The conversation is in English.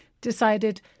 decided